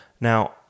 Now